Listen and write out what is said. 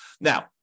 Now